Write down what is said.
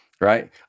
right